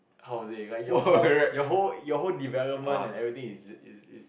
how to say like your whole your whole your whole development and everything is is is